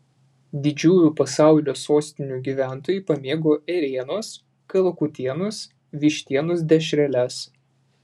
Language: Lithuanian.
didžiųjų pasaulio sostinių gyventojai pamėgo ėrienos kalakutienos vištienos dešreles